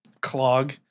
Clog